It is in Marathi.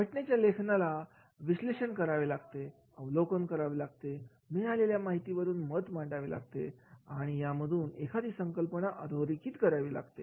घटनेच्या लेखकाला विश्लेषण करावे लागतेअवलोकन करावे लागतेमिळालेल्या माहिती वरून मत मांडावे लागतेआणि यामधून एखादी संकल्पना अधोरेखीत करावी लागते